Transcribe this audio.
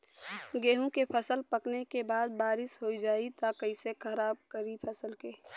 गेहूँ के फसल पकने के बाद बारिश हो जाई त कइसे खराब करी फसल के?